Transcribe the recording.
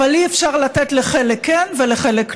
אבל אי-אפשר לתת לחלק כן ולחלק לא.